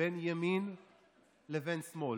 בין ימין לבין שמאל.